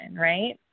right